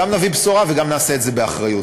גם נביא בשורה וגם נעשה את זה באחריות.